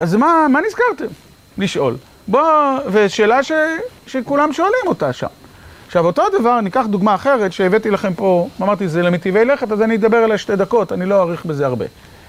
אז מה נזכרתם לשאול? בואו, ויש שאלה שכולם שואלים אותה שם. עכשיו, אותו דבר, אני אקח דוגמה אחרת שהבאתי לכם פה. אמרתי, זה למטיבי לכת, אז אני אדבר עליה שתי דקות, אני לא אאריך בזה הרבה.